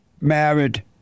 married